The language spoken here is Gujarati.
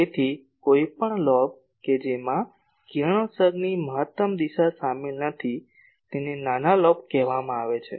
તેથી કોઈપણ લોબ કે જેમાં કિરણોત્સર્ગની મહત્તમ દિશા શામેલ નથી તેને નાના લોબ કહેવામાં આવે છે